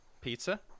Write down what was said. pizza